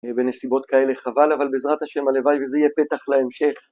בנסיבות כאלה חבל אבל בעזרת השם הלוואי וזה יהיה פתח להמשך